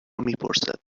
میپرسد